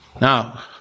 Now